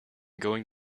going